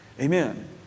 Amen